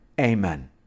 amen